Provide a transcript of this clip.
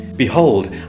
Behold